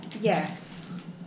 Yes